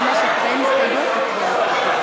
רבותי, הכלל הוא כזה: